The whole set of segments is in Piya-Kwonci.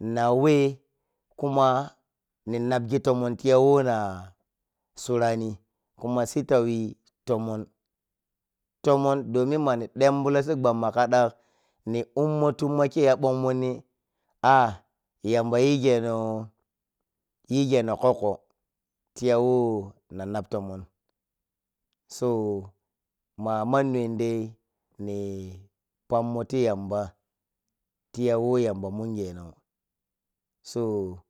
Na whe kumo ni napgi tomon tiya whona surani kuma tittouyi tomon, tomon domin mani dembulo si gwam ma ka ɗak ni ummo tumma kei yabon monni ah, yamba yigeno, yigeno kokko tiyawho nanap tomon so, ma manniwon dai ni pammo ti yamba tiya who yamba mungenon so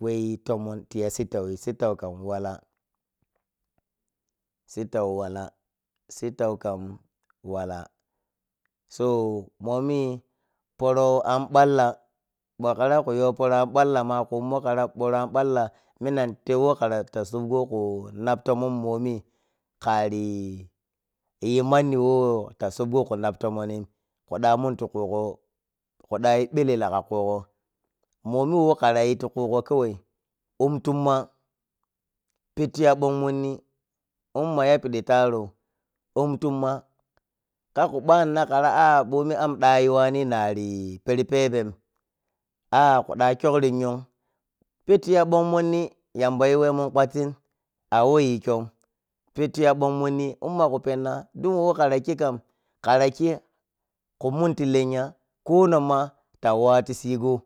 wei tomon tiya sittuyi, sittau kam wala sittau wala, sittau kam wala. So, momi poro an balla bha kara kayo poro an balla ma gommo kara pora an balla mimam tai who kara ta subgo ku nap tomon mbomi kariyi manni whota subgo ku naptomonni, kuɗa muntikugo kuɗayi belela kakugo. Momi whe kirayi tikugo kawai umtumma, pettuyabon monni unma yapidi tarou um tumma karku banna kara ah bomi am ɗayuwani nari peri peben ah kuɗa kyukri yun pettiya bon monni yamba yuwemun kwattin aweyin kyun pettiya bon monni unmagu penna duk whe kara khikam kara khi kumun ti lenya ko nonma towatu sigo.